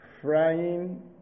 frying